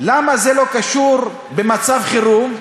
למה זה לא קשור במצב חירום?